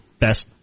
best